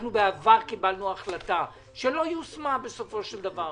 בעבר קיבלנו החלטה, שלא יושמה בסופו של דבר.